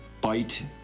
bite